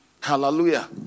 Hallelujah